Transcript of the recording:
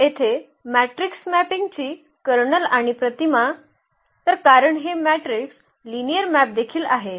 तर येथे मॅट्रिक्स मॅपिंगची कर्नल आणि प्रतिमा तर कारण हे मॅट्रिक्स लिनिअर मॅप देखील आहेत